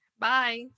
Bye